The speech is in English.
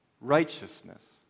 Righteousness